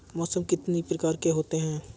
मौसम कितनी प्रकार के होते हैं?